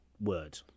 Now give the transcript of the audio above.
word